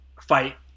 fight